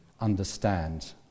understand